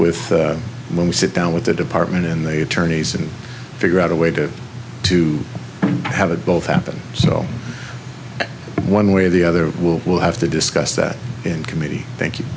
with when we sit down with the department in the attorneys and figure out a way to to have it both happen so one way or the other will will have to discuss that in committee thank you